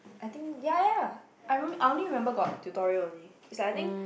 I think ya ya ya I only I only remember got tutorial only is I think